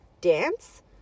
dance